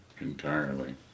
Entirely